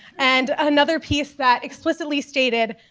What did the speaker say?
and another piece that explicitly stated,